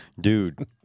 Dude